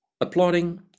applauding